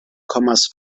kommas